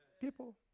people